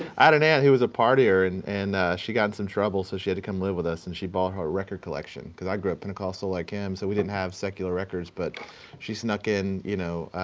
i had an aunt who was a partier. and and she got in some trouble. so she had to come live with us. and she bought a record collection because i grew up pentecostal like him. so we didn't have secular records. but she snuck in, you know,